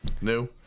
new